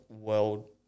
world